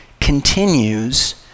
continues